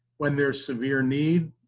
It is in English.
when there's severe need,